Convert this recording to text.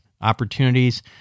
opportunities